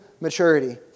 maturity